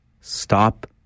stop